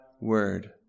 word